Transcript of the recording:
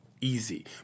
easy